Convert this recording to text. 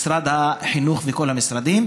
משרד החינוך וכל המשרדים,